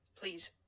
Please